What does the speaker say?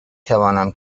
توانم